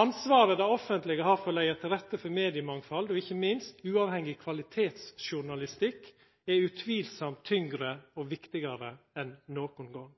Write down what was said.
Ansvaret det offentlege har for å leggja til rette for mediemangfald – ikkje minst uavhengig kvalitetsjournalistikk – er utvilsamt tyngre og viktigare enn nokon gong.